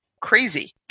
crazy